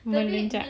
tapi bila